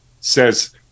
says